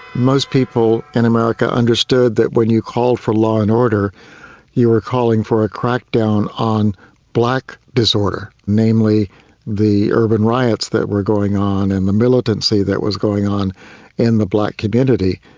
most people in america understood that when you called for law and order you were calling for a crackdown on black disorder, namely the urban riots that were going on and the militancy that was going on in the black community.